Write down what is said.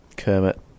Kermit